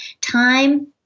time